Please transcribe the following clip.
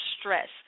stress